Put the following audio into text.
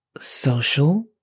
social